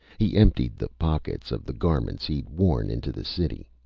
he emptied the pockets of the garments he'd worn into the city.